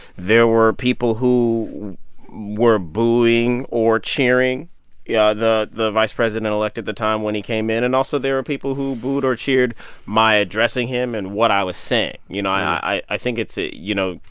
there were people who were booing or cheering yeah the the vice president-elect at the time when he came in, and also there are people who booed or cheered my addressing him and what i was saying you know, i i think it's ah you know,